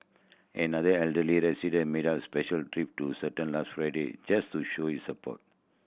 another elderly resident made a special trip to certain last just to show his support